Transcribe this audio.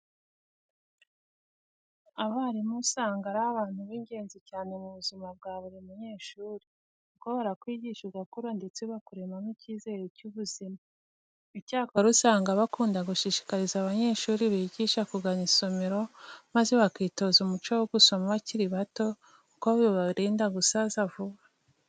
Abarimu usanga ari abantu b'ingenzi cyane mu buzima bwa buri munyeshuri. Kuko barakwigisha ugakura ndetse bakuremamo icyizere cy'ubuzima. Icyakora usanga bakunda gushishikariza abanyeshuri bigisha kugana isomero maze bakitoza umuco wo gusoma bakiri bato kuko bibarinda gusaza vuba.